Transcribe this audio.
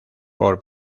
por